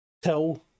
tell